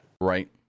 Right